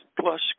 plus